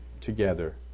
together